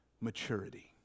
maturity